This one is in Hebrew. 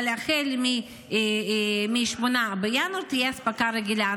אבל החל מ-8 בינואר תהיה אספקה רגילה.